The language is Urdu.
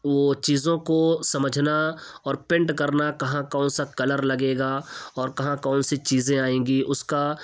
وہ چیزوں کو سمجھنا اور پینٹ کرنا کہاں کون سا کلر لگے گا اور کہاں کون سی چیزیں آئیں گی اس کا